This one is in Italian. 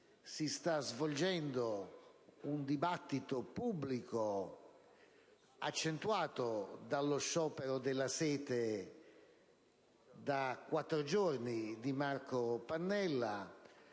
si sta svolgendo un dibattito pubblico, accentuato dallo sciopero della sete, da quattro giorni, di Marco Pannella,